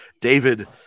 David